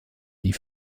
die